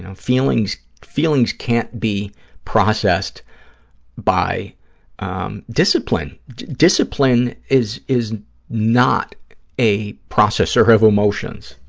and feelings feelings can't be processed by um discipline. discipline is is not a processor of emotions.